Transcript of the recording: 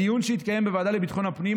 בדיון שהתקיים בוועדה לביטחון הפנים,